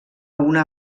una